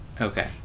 Okay